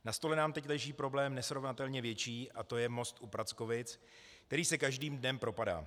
Na stole nám teď leží problém nesrovnatelně větší a to je most u Prackovic, který se každým dnem propadá.